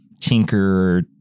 tinker